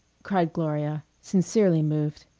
cried gloria, sincerely moved.